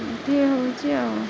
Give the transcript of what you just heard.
ଏମିତି ହଉଛି ଆଉ